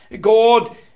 God